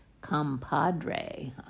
compadre